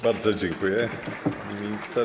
Bardzo dziękuję, pani minister.